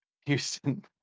Houston